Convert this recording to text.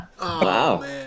Wow